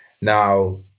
Now